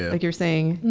like you're saying,